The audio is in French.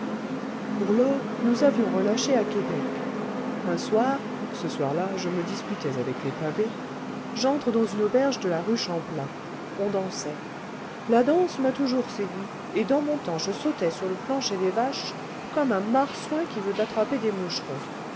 pour lors nous avions relâché à québec un soir ce soir-là je me disputais avec les pavés j'entre dans une auberge de la rue champlain on dansait la danse m'a toujours séduit et dans mon temps je sautais sur le plancher des vaches comme un marsouin qui veut attraper des moucherons